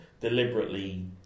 deliberately